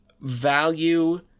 value